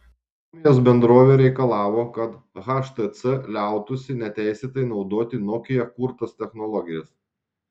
suomijos bendrovė reikalavo kad htc liautųsi neteisėtai naudoti nokia kurtas technologijas